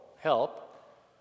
help